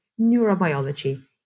neurobiology